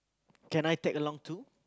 can I tag along too